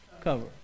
Cover